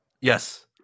Yes